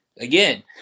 again